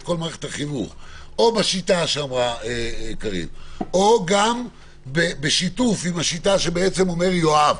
כל מערכת החינוך או בשיטה שאמרה קארין או גם בשיתוף עם השיטה של יואב